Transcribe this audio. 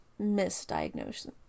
misdiagnosis